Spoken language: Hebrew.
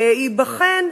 שייבחן,